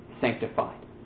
sanctified